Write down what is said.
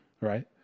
right